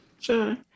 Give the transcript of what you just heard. Sure